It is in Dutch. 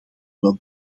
wel